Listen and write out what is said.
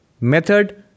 method